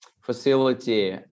facility